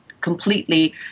completely